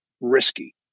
risky